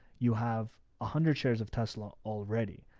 you have a hundred shares of tesla already.